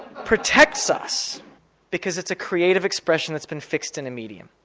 protects us because it's a creative expression that's been fixed in the medium.